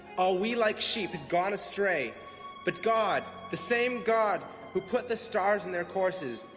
all we like sheep gone astray but god, the same god who put the stars in their courses,